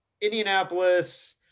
Indianapolis